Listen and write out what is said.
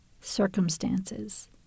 circumstances